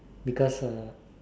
because